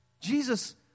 Jesus